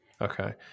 Okay